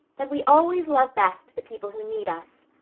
that we always love best the people who need us.